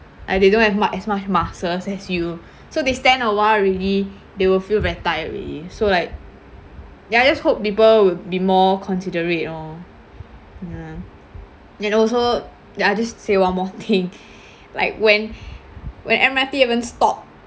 and they don't have much as much muscles as you so they stand awhile already they'll feel very tired already so like ya I just hope people would be more considerate lor ya and also ya I just say one more thing like when when M_R_T haven't stop